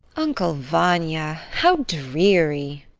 uncle vanya, how dreary!